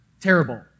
terrible